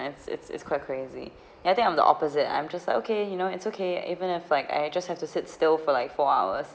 it's it's it's quite crazy and I think I'm the opposite I'm just like okay you know it's okay even if like I just have to sit still for like four hours